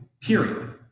period